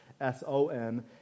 S-O-N